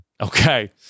Okay